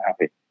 happy